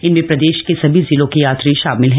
इनमें प्रदेश के सभी जिलों के यात्री शामिल हैं